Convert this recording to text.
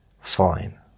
fine